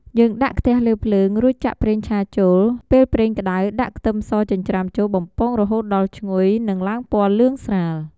យើងដាក់ខ្ទះលើភ្លើង រួចចាក់ប្រេងឆាចូល ពេលប្រេងក្ដៅ ដាក់ខ្ទឹមសចិញ្ច្រាំចូលបំពងរហូតដល់ឈ្ងុយនិងឡើងពណ៌លឿងស្រាល។